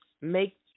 make